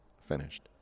finished